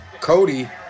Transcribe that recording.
Cody